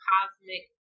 Cosmic